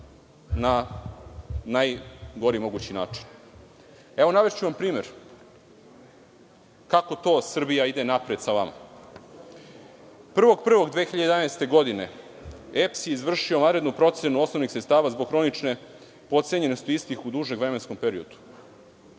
na najgori mogući način? Navešću vam primer kako to Srbija ide napred sa vama. Dana 1. 01. 2011. godine EPS je izvršio vanrednu procenu osnovnih sredstava zbog hronične potcenjenosti istih u dužem vremenskom periodu.